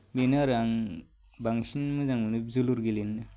बेनो आरो आं बांसिन मोजां मोनो जोलुर गेलेनोनो